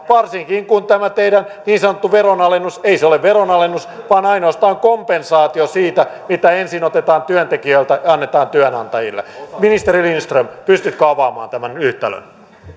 varsinkin kun tämä teidän niin sanottu veronalennuksenne ei ole veronalennus vaan ainoastaan kompensaatio siitä että ensin otetaan työntekijöiltä ja annetaan työnantajille ministeri lindström pystytkö avaamaan tämän yhtälön